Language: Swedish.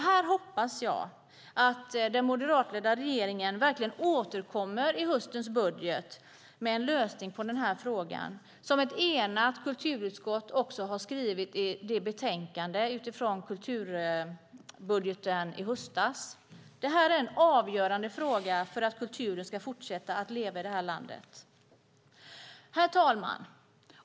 Här hoppas jag verkligen att den moderatledda regeringen i höstens budget återkommer med en lösning på frågan. Som ett enigt kulturutskott skriver i betänkandet utifrån kulturbudgeten i höstas är denna fråga avgörande för att kulturen ska fortsätta att leva i det här landet. Herr talman!